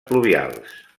pluvials